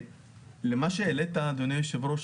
מה שהעלית אדוני היו"ר,